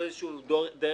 זה ברור.